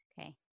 Okay